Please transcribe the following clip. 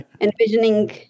envisioning